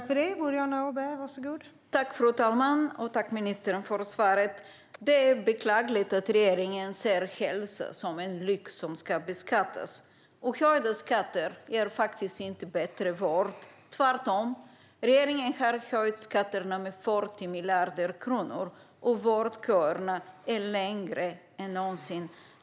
Fru talman! Jag tackar ministern för svaret. Det är beklagligt att regeringen ser hälsa som en lyx som ska beskattas, och höjda skatter ger faktiskt inte bättre vård, tvärtom. Regeringen har höjt skatterna med 40 miljarder kronor, och vårdköerna är längre än någonsin.